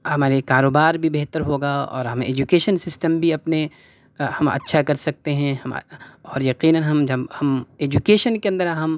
ہمارے کاروبار بھی بہتر ہوگا اور ہمیں ایجوکیشن سسٹم بھی اپنے ہم اچھا کر سکتے ہیں اور یقیناً ہم جب ہم ایجوکیشن کے اندر ہم